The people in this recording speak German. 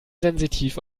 sensitiv